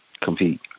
compete